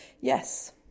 Yes